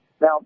Now